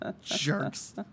Jerks